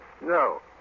No